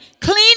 clean